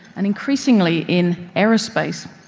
and increasingly in aerospace.